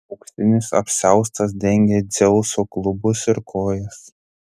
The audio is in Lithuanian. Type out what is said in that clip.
auksinis apsiaustas dengė dzeuso klubus ir kojas